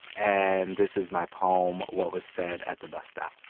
and this is my poem what was said at the bus stop.